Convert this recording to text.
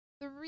three